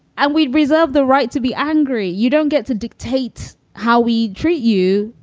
and we reserve the right to be angry. you dont get to dictate how we treat you.